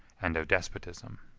and of despotism.